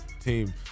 team